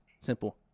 Simple